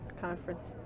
conference